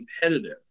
competitive